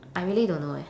I really don't know leh